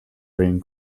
been